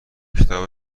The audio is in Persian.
کتاب